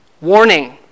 Warning